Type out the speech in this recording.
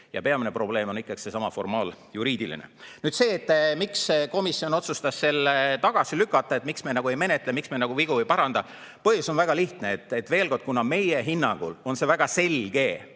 Ja peamine probleem on ikkagi seesama formaaljuriidiline. Nüüd, miks komisjon otsustas eelnõu tagasi lükata, miks me seda ei menetle, miks me vigu ei paranda. Põhjus on väga lihtne. Veel kord, kuna meie hinnangul on tegu väga selge